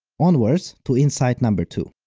onwards to insight number two.